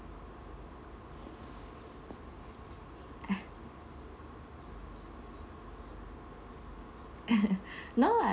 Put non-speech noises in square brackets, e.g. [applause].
eh [laughs] no ah